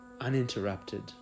uninterrupted